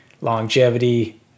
longevity